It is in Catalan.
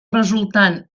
resultant